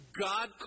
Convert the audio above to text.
God